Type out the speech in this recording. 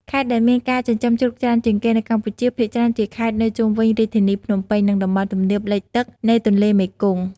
ខេត្តដែលមានការចិញ្ចឹមជ្រូកច្រើនជាងគេនៅកម្ពុជា ភាគច្រើនជាខេត្តនៅជុំវិញរាជធានីភ្នំពេញ និងតំបន់ទំនាបលិចទឹកនៃទន្លេមេគង្គ។